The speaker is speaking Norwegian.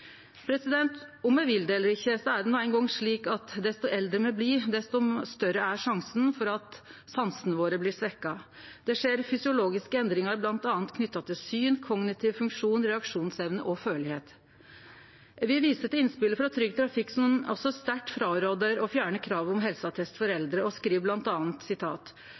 Om eg vil det eller ikkje, er det no eingong slik at dess eldre me blir, dess større er sjansen for at sansane våre blir svekte. Det skjer fysiologiske endringar bl.a. knytte til syn, kognitiv funksjon, reaksjonsevne og førlegheit. Eg vil vise til innspelet frå Trygg Trafikk, som sterkt rår frå å fjerne kravet om helseattest for eldre. Dei skriv